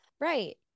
Right